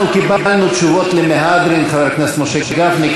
אנחנו קיבלנו תשובות למהדרין, חבר הכנסת משה גפני.